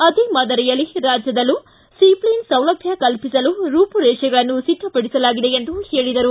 ಅದೇ ಮಾದರಿಯಲ್ಲಿ ರಾಜ್ಯದಲ್ಲೂ ಸೀ ಫ್ಲೇನ್ ಸೌಲಭ್ಯ ಕಲ್ಪಿಸಲು ರೂಪುರೇಷೆಗಳನ್ನು ಸಿದ್ದಪಡಿಸಲಾಗಿದೆ ಎಂದು ಹೇಳಿದರು